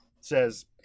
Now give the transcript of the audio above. says